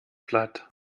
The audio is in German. platt